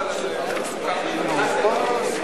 נתקבלה.